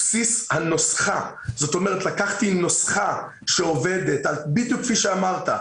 זאת אומרת, לקחתי נוסחה שעובדת, בדיוק כפי שאמרת.